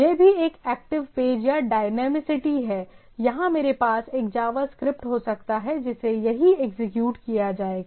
यह भी एक एक्टिव पेज या डायनामीसिटी है यहां मेरे पास एक जावास्क्रिप्ट हो सकता है जिसे यहीं एग्जीक्यूट किया जाएगा